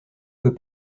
peux